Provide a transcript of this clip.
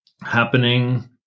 happening